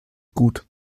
gut